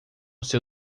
seu